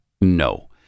no